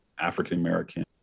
African-American